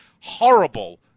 horrible